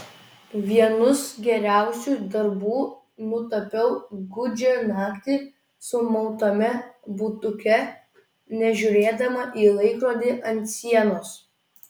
vienus geriausių darbų nutapiau gūdžią naktį sumautame butuke nežiūrėdama į laikrodį ant sienos